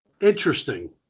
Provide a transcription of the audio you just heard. interesting